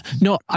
No